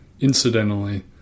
Incidentally